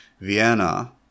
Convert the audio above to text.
vienna